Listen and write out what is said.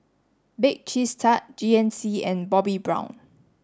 bake Cheese Tart G N C and Bobbi Brown